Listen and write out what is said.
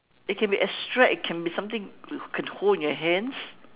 it can be abstract it can be something you can hold in your hands